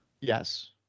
Yes